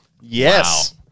Yes